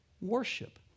worship